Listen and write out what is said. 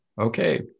Okay